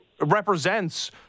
represents